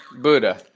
Buddha